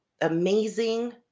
amazing